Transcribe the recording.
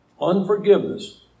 Unforgiveness